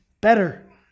better